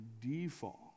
default